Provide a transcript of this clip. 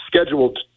scheduled